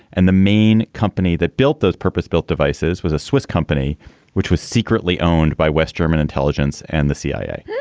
and the main company that built those purpose built devices was a swiss company which was secretly owned by west german intelligence and the cia.